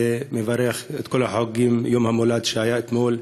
ואני מברך את כל החוגגים את יום המולד שהיה אתמול,